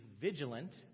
vigilant